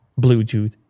Bluetooth